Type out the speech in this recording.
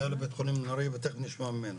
מנהל בית חולים נהריה ותיכף נשמע ממנו